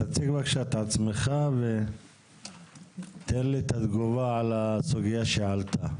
תציג בבקשה את עצמך ותן לי את התגובה על הסוגיה שעלתה.